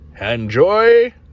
Enjoy